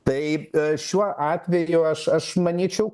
tai šiuo atveju aš aš manyčiau